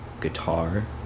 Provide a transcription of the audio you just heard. guitar